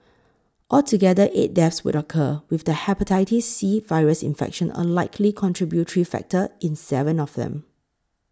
altogether eight deaths would occur with the Hepatitis C virus infection a likely contributory factor in seven of them